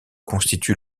constitue